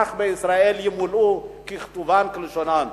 אזרח בישראל תמולא ככתבה וכלשונה.